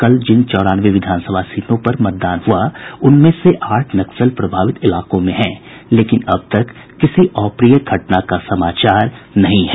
कल जिन चौरानवे विधानसभा सीटों पर मतदान हुआ उनमें से आठ नक्सल प्रभावित इलाकों में हैं लेकिन अब तक किसी अप्रिय घटना का समाचार नहीं है